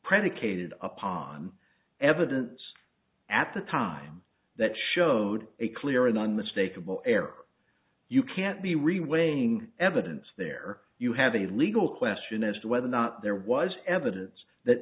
predicated upon evidence at the time that showed a clear and unmistakable error you can't be re weighing evidence there you have a legal question as to whether or not there was evidence that